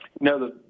No